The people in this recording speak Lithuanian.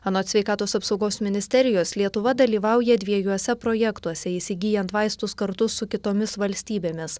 anot sveikatos apsaugos ministerijos lietuva dalyvauja dviejuose projektuose įsigyjant vaistus kartu su kitomis valstybėmis